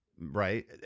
Right